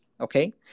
Okay